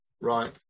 Right